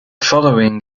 following